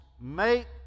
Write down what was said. Make